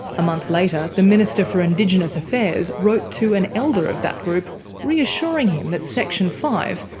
a month later the minister for indigenous affairs wrote to an elder of that group reassuring him that section five,